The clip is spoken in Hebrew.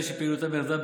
לעצמאים שפעילותם ירדה,